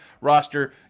roster